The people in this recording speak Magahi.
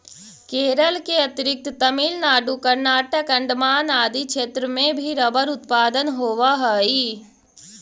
केरल के अतिरिक्त तमिलनाडु, कर्नाटक, अण्डमान आदि क्षेत्र में भी रबर उत्पादन होवऽ हइ